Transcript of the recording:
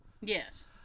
Yes